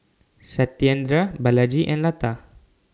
Satyendra Balaji and Lata